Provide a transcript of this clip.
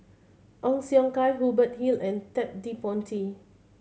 Ong Siong Kai Hubert Hill and Ted De Ponti